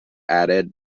added